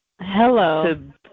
hello